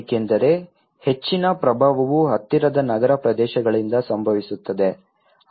ಏಕೆಂದರೆ ಹೆಚ್ಚಿನ ಪ್ರಭಾವವು ಹತ್ತಿರದ ನಗರ ಪ್ರದೇಶಗಳಿಂದ ಸಂಭವಿಸುತ್ತದೆ